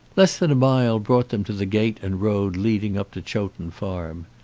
less than a mile brought them to the gate and road leading up to chowton farm.